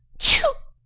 to